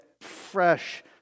fresh